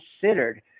considered